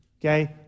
okay